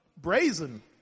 brazen